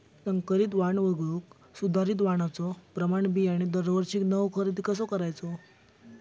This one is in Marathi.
संकरित वाण वगळुक सुधारित वाणाचो प्रमाण बियाणे दरवर्षीक नवो खरेदी कसा करायचो?